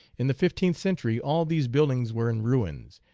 in the fifteenth century all these buildings were in ruins,